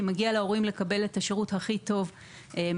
כי מגיע להורים לקבל את השירות הכי טוב מהמדינה.